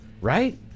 Right